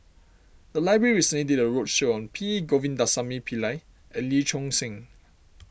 the library recently did a roadshow on P Govindasamy Pillai and Lee Choon Seng